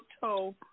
toe